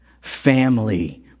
family